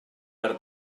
per